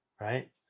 right